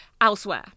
elsewhere